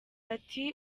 ati